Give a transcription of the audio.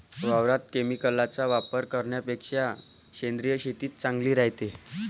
वावरात केमिकलचा वापर करन्यापेक्षा सेंद्रिय शेतीच चांगली रायते